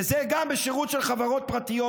וגם זה בשירות של חברות פרטיות,